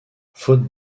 faute